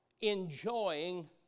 enjoying